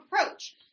approach